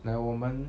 like 我们